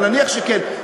אבל נניח שכן,